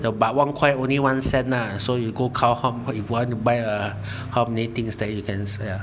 but one coin only one cent ah so you go count how many what you want to buy uh how many things you can ya